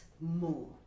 more